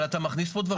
אבל אתה מכניס פה דברים.